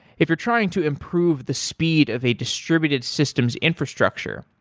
if you're trying to improve the speed of a distributed systems infrastructure,